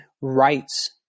rights